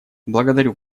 благодарю